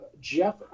Jeff